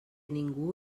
ningú